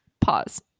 Pause